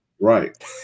Right